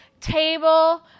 table